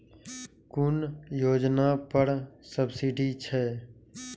कुन योजना पर सब्सिडी छै?